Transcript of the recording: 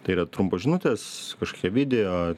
tai yra trumpos žinutės kažkokie video